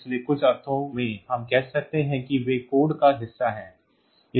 इसलिए कुछ अर्थों में हम कह सकते हैं कि वे कोड का हिस्सा हैं